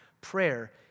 prayer